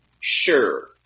sure